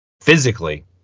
physically